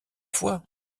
fois